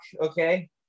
Okay